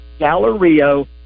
Gallerio